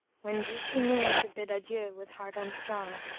when drew she near to bid adieu with heart unstrung,